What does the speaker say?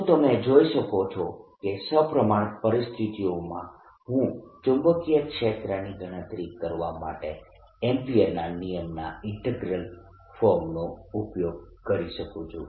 તો તમે જોઈ શકો છો કે સપ્રમાણ પરિસ્થિતિઓમાં હું ચુંબકીય ક્ષેત્રની ગણતરી કરવા માટે એમ્પીયરના નિયમના ઈન્ટીગ્રલ ફોર્મનો ઉપયોગ કરી શકું છું